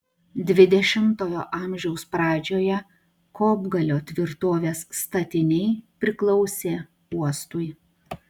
dvidešimtojo amžiaus pradžioje kopgalio tvirtovės statiniai priklausė uostui